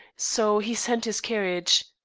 so he sent his carriage.